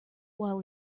while